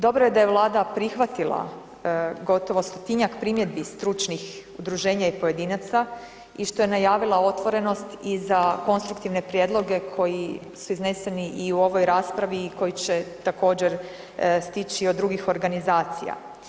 Dobro je da je Vlada prihvatila gotovo 100-tinjak primjedbi stručnih udruženja i pojedinaca i što je najavila otvorenost i za konstruktivne prijedloge koji su izneseni i u ovoj raspravi i koji će također stići i od drugih organizacija.